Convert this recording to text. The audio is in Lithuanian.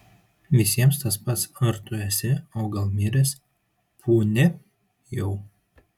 visiems tas pats ar tu esi o gal miręs pūni jau